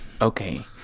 Okay